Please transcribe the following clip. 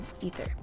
Ether